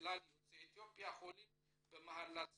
מכלל יוצאי אתיופיה חולים במחלת הסוכרת,